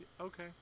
Okay